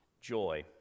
joy